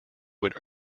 would